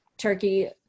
turkey